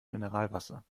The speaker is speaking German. mineralwasser